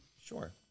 Sure